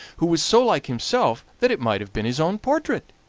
who was so like himself that it might have been his own portrait!